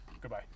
Goodbye